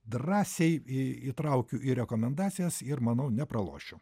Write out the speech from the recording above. drąsiai įtraukiu į rekomendacijas ir manau nepralošiu